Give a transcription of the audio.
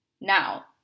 Now